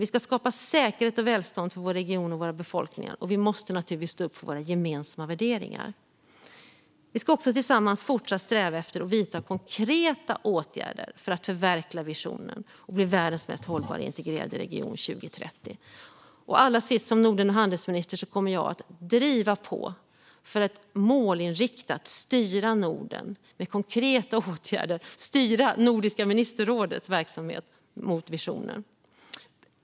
Vi ska skapa säkerhet och välstånd för vår region och för våra befolkningar, och vi måste naturligtvis stå upp för våra gemensamma värderingar. Vi ska också tillsammans fortsatt sträva efter att vidta konkreta åtgärder för att förverkliga visionen och bli världens mest hållbara integrerade region år 2030. Allra sist: Som Norden och handelsminister kommer jag för det första att driva på för att målinriktat styra Nordiska ministerrådets verksamhet mot visionen.